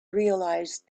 realize